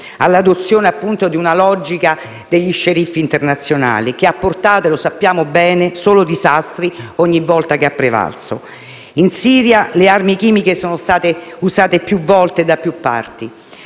all'adozione di una logica degli sceriffi internazionali, che ha portato - lo sappiamo bene - solo disastri ogni volta che ha prevalso. In Siria le armi chimiche sono state usate più volte da più parti,